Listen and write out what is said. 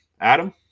Adam